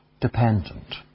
dependent